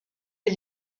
est